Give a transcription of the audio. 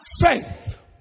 faith